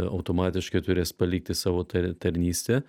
automatiškai turės palikti savo tarnystę